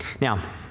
Now